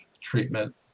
treatment